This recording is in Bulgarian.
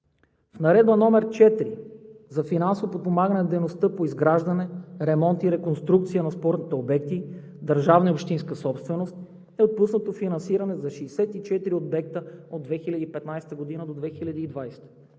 Наредба № 4 за финансово подпомагане на дейността по изграждане, ремонт и реконструкция на спортните обекти – държавна и общинска собственост, е отпуснато финансиране за 64 обекта от 2015-а до 2020 г.